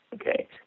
okay